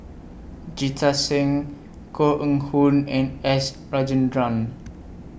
Jita Singh Koh Eng Hoon and S Rajendran